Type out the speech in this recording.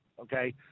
Okay